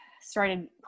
started